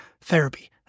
therapy